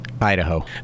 Idaho